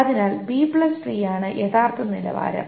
അതിനാൽ ബി ട്രീയാണ് B tree യഥാർത്ഥ നിലവാരം